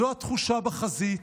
זו התחושה בחזית.